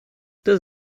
das